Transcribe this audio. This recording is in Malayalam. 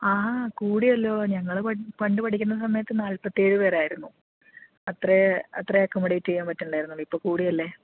ആഹാ കൂടിയല്ലോ ഞങ്ങൾ പണ്ട് പഠിക്കുന്ന സമയത്ത് നാൽപ്പത്തേഴു പേരായിരുന്നു അത്രയേ അത്രയേ അക്കൊമഡേറ്റ് ചെയ്യാൻ പറ്റുന്നുണ്ടായിരുന്നുള്ളു ഇപ്പോൾ കൂടിയല്ലേ